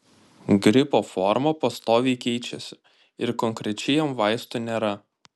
gripo forma pastoviai keičiasi ir konkrečiai jam vaistų nėra